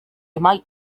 might